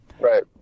Right